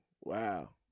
Wow